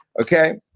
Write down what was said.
Okay